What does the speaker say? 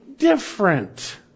Different